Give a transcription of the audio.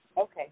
Okay